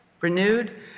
renewed